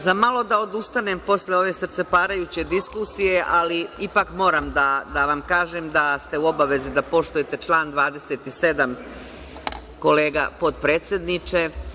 Zamalo da odustanem posle ove srceparajuće diskusije, ali ipak moram da vam kažem da ste u obavezi da poštujete član 27. kolega potpredsedniče.